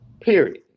period